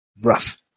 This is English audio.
rough